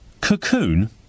Cocoon